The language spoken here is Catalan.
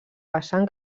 vessant